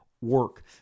work